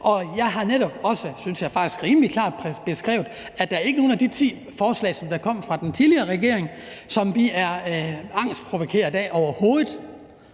faktisk netop også, jeg rimelig klart har beskrevet, at der ikke er nogen af de ti forslag, der kom fra den tidligere regering, som vi er angstprovokeret af, overhovedet.